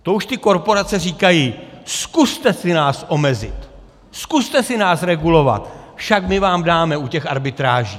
To už ty korporace říkají: Zkuste si nás omezit, zkuste si nás regulovat, však my vám dáme u těch arbitráží!